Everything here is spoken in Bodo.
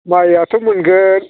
माइआथ' मोनगोन